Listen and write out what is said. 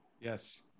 Yes